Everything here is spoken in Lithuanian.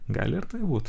gali būti